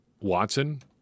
Watson